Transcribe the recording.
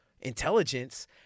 intelligence